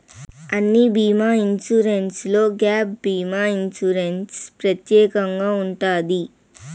అన్ని బీమా ఇన్సూరెన్స్లో గ్యాప్ భీమా ఇన్సూరెన్స్ ప్రత్యేకంగా ఉంటది